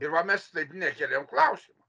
ir va mes taip nekeliam klausimo